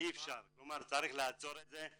אי אפשר, צריך לעצור את זה.